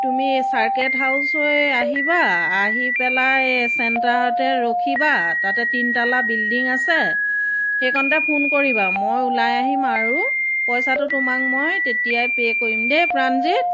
তুমি circuit house হৈ আহিবা আহি পেলাই চেণ্টাৰতে ৰখিবা তাতে তিনতালা বিল্ডিং আছে সেইকণতে ফোন কৰিবা মই ওলাই আহিম আৰু পইচাটো তোমাক মই তেতিয়াই পে কৰিম দেই প্ৰাণজিত